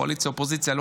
קואליציה אופוזיציה,